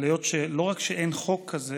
אבל לא רק שאין חוק כזה